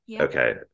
Okay